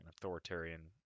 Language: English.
authoritarian